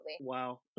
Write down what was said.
wow